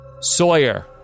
Sawyer